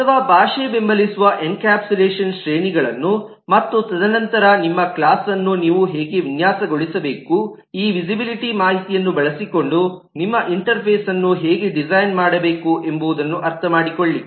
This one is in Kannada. ಅಥವಾ ಭಾಷೆ ಬೆಂಬಲಿಸುವ ಎನ್ಕ್ಯಾಪ್ಸುಲೇಶನ್ ಶ್ರೇಣಿಗಳನ್ನು ಮತ್ತು ತದನಂತರ ನಿಮ್ಮ ಕ್ಲಾಸ್ಅನ್ನು ನೀವು ಹೇಗೆ ವಿನ್ಯಾಸಗೊಳಿಸಬೇಕು ಈ ವಿಸಿಬಿಲಿಟಿ ಮಾಹಿತಿಯನ್ನು ಬಳಸಿಕೊಂಡು ನಿಮ್ಮ ಇಂಟರ್ಫೇಸ್ಅನ್ನು ಹೇಗೆ ಡಿಸೈನ್ ಮಾಡಬೇಕು ಎಂಬುದನ್ನು ಅರ್ಥಮಾಡಿಕೊಳ್ಳಿ